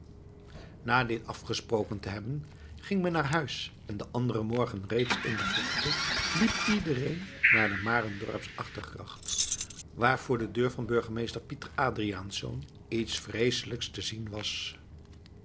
na dit afgesproken te hebben ging men naar huis en den anderen morgen reeds in de vroegte liep iedereen naar de marendorps achtergracht waar voor de deur van burgemeester pieter adriaensz iets vreeselijks te zien was